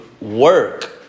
work